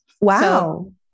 Wow